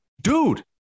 dude